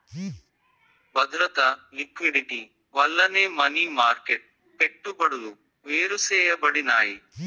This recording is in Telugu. బద్రత, లిక్విడిటీ వల్లనే మనీ మార్కెట్ పెట్టుబడులు వేరుసేయబడినాయి